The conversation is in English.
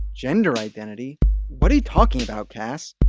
gender identity? what are you talking about, cass?